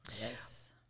Yes